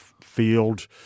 field